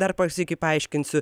dar pa sykį paaiškinsiu